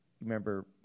Remember